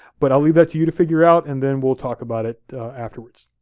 but i'll leave that to you to figure out and then we'll talk about it afterwards.